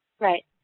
Right